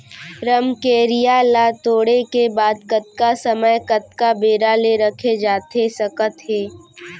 रमकेरिया ला तोड़े के बाद कतका समय कतका बेरा ले रखे जाथे सकत हे?